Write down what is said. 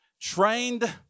trained